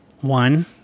One